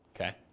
Okay